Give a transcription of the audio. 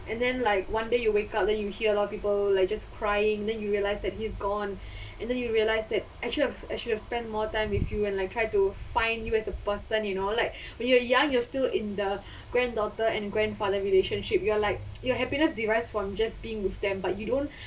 and then like one day you wake up then you hear a lot of people like just crying then you realize that he's gone and then you realize that I should have I should have spent more time with you and I try to find you as a person you know like when you are young you are still in the granddaughter and grandfather relationship your like your happiness derives from just being with them but you don't